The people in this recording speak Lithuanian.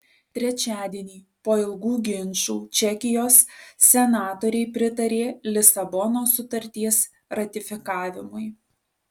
trečiadienį po ilgų ginčų čekijos senatoriai pritarė lisabonos sutarties ratifikavimui